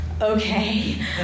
Okay